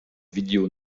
video